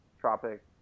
Tropic –